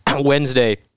Wednesday